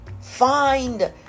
Find